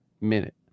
minute